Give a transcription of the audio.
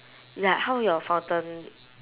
ya how your fountain